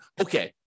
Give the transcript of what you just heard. okay